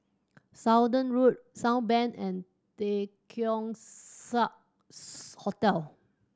Saunders Road Southbank and The Keong Saiks Hotel